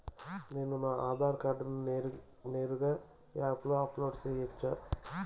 నేను నా ఆధార్ కార్డును నేరుగా యాప్ లో అప్లోడ్ సేయొచ్చా?